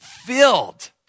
filled